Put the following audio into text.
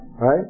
right